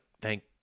thank